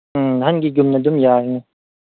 ꯎꯝ ꯅꯍꯥꯟꯒꯤꯒꯨꯝꯅ ꯑꯗꯨꯝ ꯌꯥꯒꯅꯤ